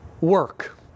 work